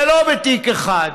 ולא בתיק אחד,